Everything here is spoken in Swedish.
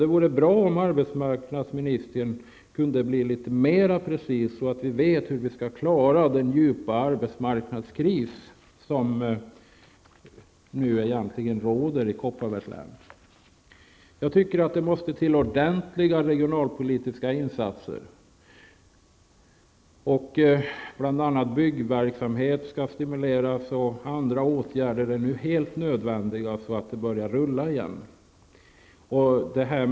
Det vore bra om arbetsmarknadsministern kunde precisera sig, så att vi vet hur vi skall klara den djupa arbetsmarknadskris som nu råder i Det måste till ordentliga regionalpolitiska insatser. Bl.a. skall byggverksamheten stimuleras. Andra åtgärder är nu helt nödvändiga, så att det börjar rulla igen.